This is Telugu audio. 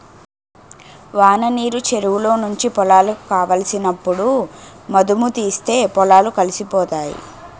వాననీరు చెరువులో నుంచి పొలాలకు కావలసినప్పుడు మధుముతీస్తే పొలాలు కలిసిపోతాయి